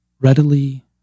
readily